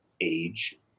age